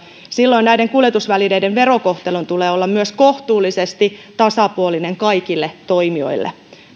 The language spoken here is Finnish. silloin näiden kuljetusvälineiden verokohtelun tulee olla myös kohtuullisesti tasapuolinen kaikille toimijoille